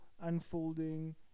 unfolding